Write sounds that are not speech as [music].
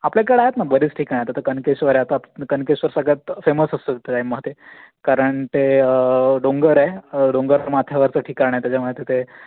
आपल्याकडे आहेत ना आता बरेच ठिकाणं आता कणकेश्वर आहे आता कणकेश्वर सगळ्यात फेमस असतं [unintelligible] मध्ये कारण ते डोंगर आहे डोंगर माथ्यावरचं ठिकाण आहे त्याच्यामुळे तिथे